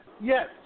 Yes